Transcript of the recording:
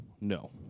No